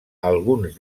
alguns